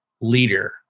leader